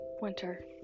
winter